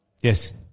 Yes